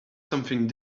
something